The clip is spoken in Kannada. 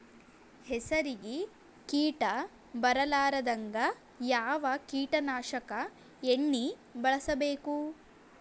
ಹೆಸರಿಗಿ ಕೀಟ ಬರಲಾರದಂಗ ಯಾವ ಕೀಟನಾಶಕ ಎಣ್ಣಿಬಳಸಬೇಕು?